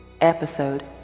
Episode